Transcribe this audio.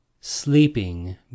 SLEEPING